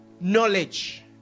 knowledge